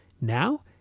Now